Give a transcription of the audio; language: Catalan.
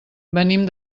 venim